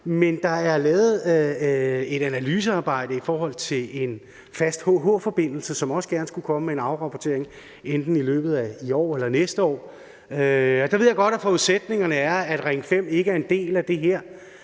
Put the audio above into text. meget – er lavet et analysearbejde af en fast HH-forbindelse, som der også gerne skulle komme en afrapportering af, enten i løbet af i år eller næste år. Og der ved jeg godt, at forudsætningerne er, at Ring 5 ikke er en del af det her,